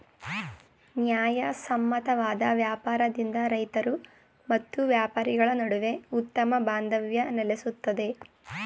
ನ್ಯಾಯಸಮ್ಮತವಾದ ವ್ಯಾಪಾರದಿಂದ ರೈತರು ಮತ್ತು ವ್ಯಾಪಾರಿಗಳ ನಡುವೆ ಉತ್ತಮ ಬಾಂಧವ್ಯ ನೆಲೆಸುತ್ತದೆ